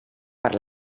per